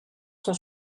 cent